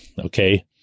Okay